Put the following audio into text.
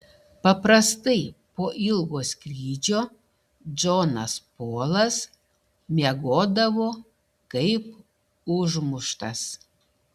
paprastai po ilgo skrydžio džonas polas miegodavo kaip užmuštas